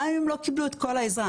גם אם הם לא קיבלו את כל העזרה,